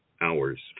hours